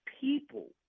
people